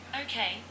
Okay